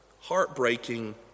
heartbreaking